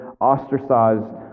ostracized